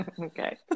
Okay